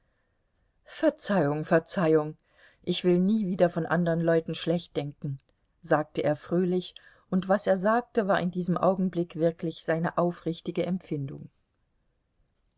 verzeihung verzeihung ich will nie wieder von andern leuten schlecht denken sagte er fröhlich und was er sagte war in diesem augenblick wirklich seine aufrichtige empfindung